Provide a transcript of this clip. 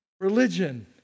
Religion